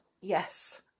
yes